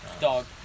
Dog